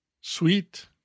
Sweet